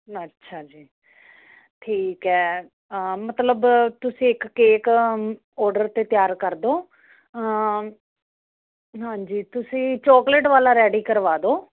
ਅੱਛਾ ਜੀ ਠੀਕ ਹੈ ਮਤਲਬ ਤੁਸੀਂ ਇੱਕ ਕੇਕ ਓਡਰ 'ਤੇ ਤਿਆਰ ਕਰ ਦਿਓ ਹਾਂਜੀ ਤੁਸੀਂ ਚੌਕਲੇਟ ਵਾਲਾ ਰੈਡੀ ਕਰਵਾ ਦਿਓ